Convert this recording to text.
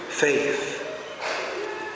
Faith